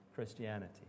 Christianity